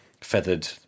feathered